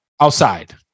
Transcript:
outside